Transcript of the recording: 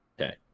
Okay